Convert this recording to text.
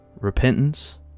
Repentance